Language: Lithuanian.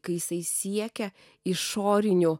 kai jisai siekia išorinių